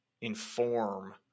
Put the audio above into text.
inform